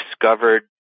discovered